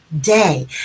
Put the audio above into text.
day